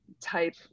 type